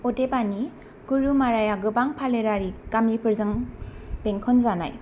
अदेबानि ग'रुमाराया गोबां फोलेरारि गामिफोरजों बेंखन जानाय